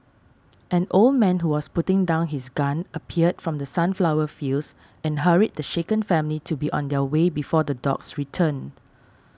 an old man who was putting down his gun appeared from the sunflower fields and hurried the shaken family to be on their way before the dogs return